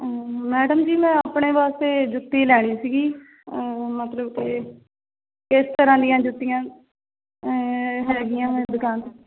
madam ji ਮੈਂ ਆਪਣੇ ਵਾਸਤੇ ਜੁੱਤੀ ਲੈਣੀ ਸੀਗੀ ਮਤਲਬ ਕਿ ਕਿਸ ਤਰ੍ਹਾਂ ਦੀਆਂ ਜੁੱਤੀਆਂ ਹੈਗੀਆਂ ਦੁਕਾਨ 'ਤੇ